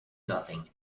nothing